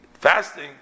fasting